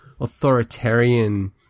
authoritarian